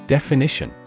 Definition